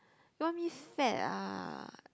you want me fat ah